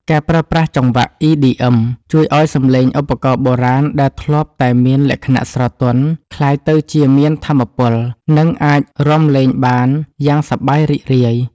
ការប្រើប្រាស់ចង្វាក់ EDM ជួយឱ្យសំឡេងឧបករណ៍បុរាណដែលធ្លាប់តែមានលក្ខណៈស្រទន់ ក្លាយទៅជាមានថាមពល និងអាចរាំលេងបានយ៉ាងសប្បាយរីករាយ។